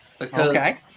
Okay